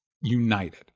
united